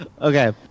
Okay